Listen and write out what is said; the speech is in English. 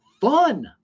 fun